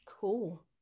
cool